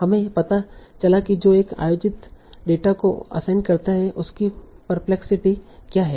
हमें पता चला कि जो एक आयोजित डेटा को असाइन करता है उसकी पेरप्लेक्सिटी क्या है